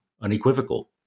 unequivocal